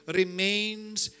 remains